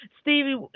Stevie